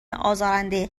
ازارنده